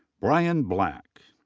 brian black.